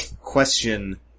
Question